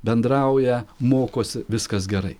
bendrauja mokosi viskas gerai